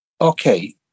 Okay